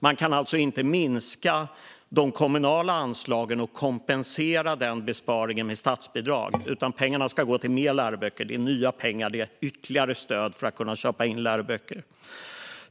Man kan alltså inte minska de kommunala anslagen och kompensera den besparingen med statsbidrag, utan pengarna ska gå till fler läroböcker. Det är nya pengar; det är ett ytterligare stöd för att kunna köpa in läroböcker.